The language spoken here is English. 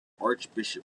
archbishop